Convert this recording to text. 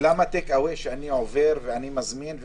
למטאפורת הרשת.